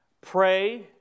Pray